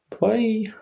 Bye